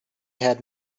had